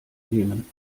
nehmen